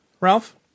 Ralph